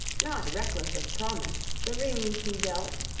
not reckless of promise, the rings he dealt,